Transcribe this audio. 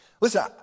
Listen